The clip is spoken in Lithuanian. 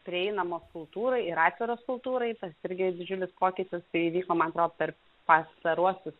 prieinamos kultūrai ir atviros kultūrai tas irgi didžiulis pokytis tai įvyko man atro per pastaruosius